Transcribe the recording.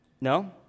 No